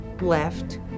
left